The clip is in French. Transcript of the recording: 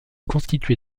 constituée